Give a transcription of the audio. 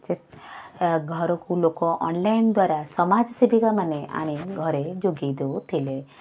ସେ ଏ ଘରକୁ ଲୋକ ଅନଲାଇନ୍ ଦ୍ଵାରା ସମାଜ ସେବିକାମାନେ ଆଣି ଘରେ ଯୋଗାଇ ଦେଉଥିଲେ